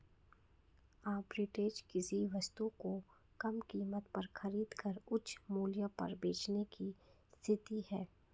arbitrage किसी वस्तु को कम कीमत पर खरीद कर उच्च मूल्य पर बेचने की स्थिति है